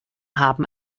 haben